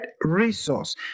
resource